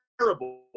terrible